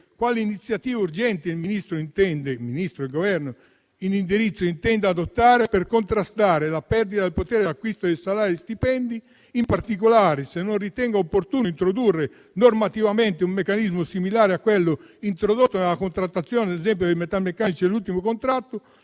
quale iniziativa urgente il Ministro e il Governo intendano adottare per contrastare la perdita del potere d'acquisto di salari e stipendi e, in particolare, se non ritengano opportuno introdurre normativamente un meccanismo similare a quello introdotto, ad esempio, nella contrattazione dei metalmeccanici nell'ultimo contratto,